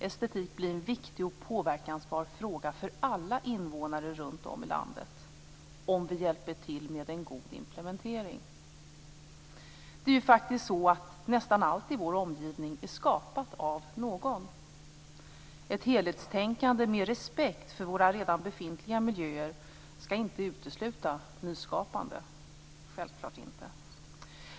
Estetik blir en viktig och påverkansbar fråga för alla invånare runt om i landet om vi hjälper till med en god implementering. Det är ju faktiskt så att nästan allt i vår omgivning är skapat av någon. Ett helhetstänkande med respekt för våra redan befintliga miljöer skall inte utesluta nyskapande - självklart inte.